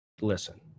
Listen